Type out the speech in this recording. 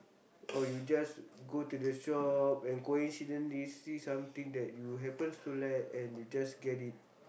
or you just go to the shop and coincidently see something that you happens to like and you just get it